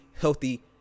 healthy